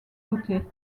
côtés